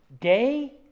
day